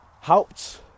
helped